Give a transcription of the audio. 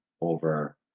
over